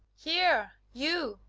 here, you,